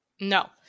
No